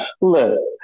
look